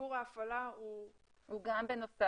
סיפור ההפעלה הוא בנוסף.